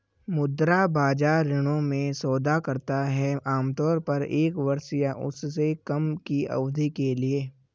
मुद्रा बाजार ऋणों में सौदा करता है आमतौर पर एक वर्ष या उससे कम की अवधि के लिए